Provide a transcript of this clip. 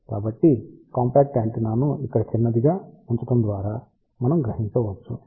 కాబట్టి కాంపాక్ట్ యాంటెన్నాను ఇక్కడ చిన్నదిగా ఉంచడం ద్వారా మనం గ్రహించవచ్చు